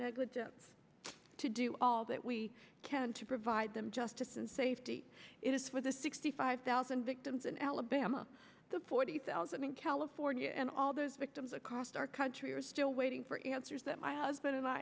negligence to do all that we can to provide them justice and safety it is for the sixty five thousand victims in alabama the forty thousand in california and all those victims across our country are still waiting for answers that my husband and i